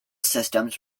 systems